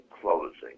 closing